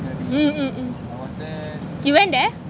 mm mm mm you went there